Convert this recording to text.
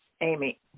Amy